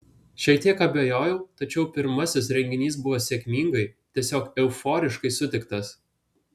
šiek tiek abejojau tačiau pirmasis renginys buvo sėkmingai tiesiog euforiškai sutiktas